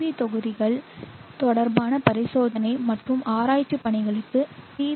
we தொகுதிகள் தொடர்பான பரிசோதனை மற்றும் ஆராய்ச்சி பணிகளுக்கு பி